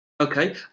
okay